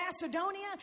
Macedonia